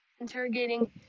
interrogating